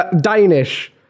Danish